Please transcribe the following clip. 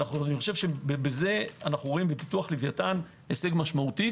אני חושב שבזה אנו רואים בפיתוח לוויתן הישג משמעותי.